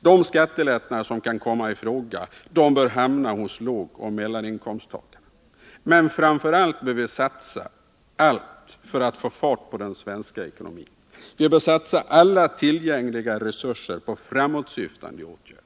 De skattelättnader som kan komma i fråga bör hamna hos lågoch mellaninkomsttagarna. Men framför allt bör vi satsa allt för att få fart på den svenska ekonomin. Vi bör satsa alla tillgängliga resurser på framåtsyftande åtgärder.